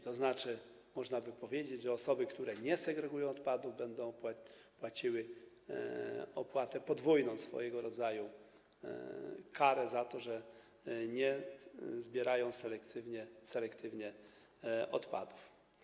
To znaczy, można by powiedzieć, że osoby, które nie segregują odpadów, będą płaciły opłatę podwójną, swego rodzaju karę za to, że nie zbierają selektywnie odpadów.